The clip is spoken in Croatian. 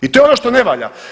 I to je ono što ne valja.